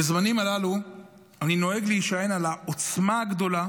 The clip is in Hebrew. בזמנים הללו אני נוהג להישען על העוצמה הגדולה